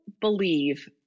believe